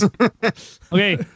Okay